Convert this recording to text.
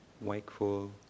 wakeful